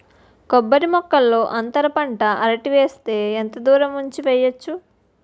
కొబ్బరి మొక్కల్లో అంతర పంట అరటి వేస్తే ఎంత దూరం ఉంచి వెయ్యొచ్చు?